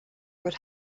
would